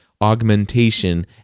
augmentation